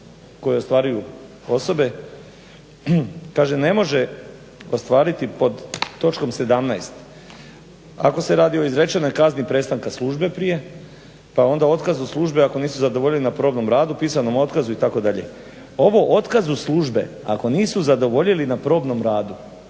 koje ostvaruju osobe. Kaže ne može ostvariti pod točkom 17. ako se radi o izrečenoj kazni prestanka službe prije, pa onda otkazu službe ako nisu zadovoljili na probnom radu, pisanom otkazu itd. Ovo otkazu službe ako nisu zadovoljili na probnom radu